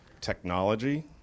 technology